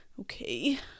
okay